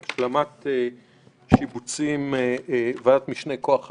להשלמת שיבוצים בוועדת משנה כוח אדם.